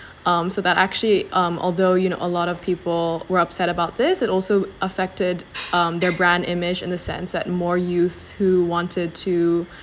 um so that actually um although you know a lot of people were upset about this it also affected um their brand image in a sense that more youths who wanted to